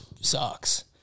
sucks